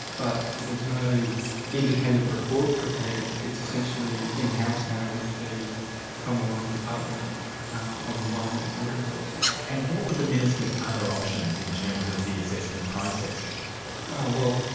but there's no independent report prepared, it's essentially in-house now with the commonwealth department of environment and water resources. and what were the minister's other options, in terms of the assessment process? oh well,